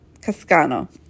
Cascano